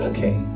Okay